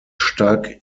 stark